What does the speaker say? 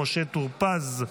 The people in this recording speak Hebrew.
משה טור פז,